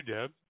Deb